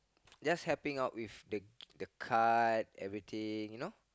just helping out with the the card everything you know